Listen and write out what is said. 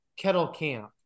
Kettlecamp